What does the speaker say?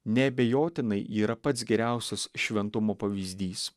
neabejotinai yra pats geriausias šventumo pavyzdys